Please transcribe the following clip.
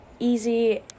easy